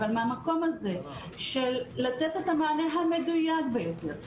אבל מהמקום הזה של לתת את המענה המדויק ביותר,